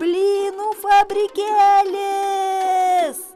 blynų fabrikėlis